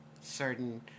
certain